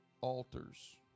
Altars